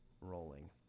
rolling